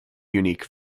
unique